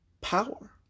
power